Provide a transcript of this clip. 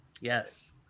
Yes